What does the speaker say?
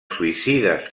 suïcides